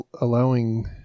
allowing